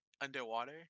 underwater